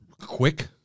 quick